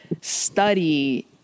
study